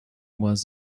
was